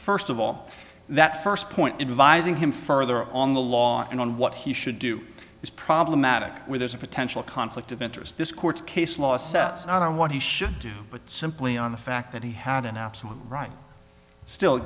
first of all that first point advising him further on the law and on what he should do is problematic where there's a potential conflict of interest this court case law sets out on what he should do but simply on the fact that he had an absolute right still